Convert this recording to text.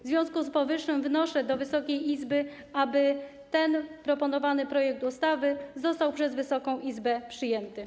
W związku z powyższym wnoszę do Wysokiej Izby, aby ten proponowany projekt ustawy został przez Wysoką Izbę przyjęty.